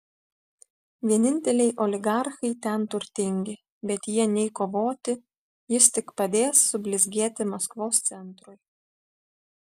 vieninteliai oligarchai ten turtingi bet jie nei kovoti jis tik padės sublizgėti maskvos centrui